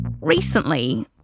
Recently